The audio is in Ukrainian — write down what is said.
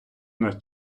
наш